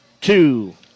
two